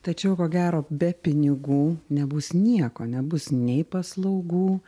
tačiau ko gero be pinigų nebus nieko nebus nei paslaugų